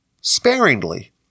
sparingly